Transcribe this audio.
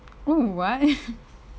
oh why